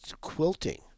quilting